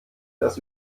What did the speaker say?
das